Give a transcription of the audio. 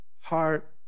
heart